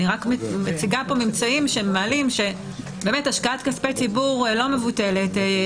אני רק מציגה פה ממצאים שמעלים שהשקעת כספי ציבור לא מבוטלת,